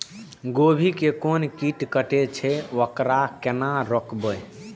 गोभी के कोन कीट कटे छे वकरा केना रोकबे?